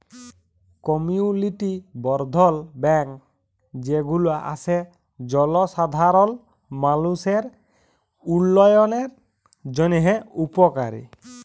community বর্ধল bank যে গুলা আসে জলসাধারল মালুষের উল্যয়নের জন্হে উপকারী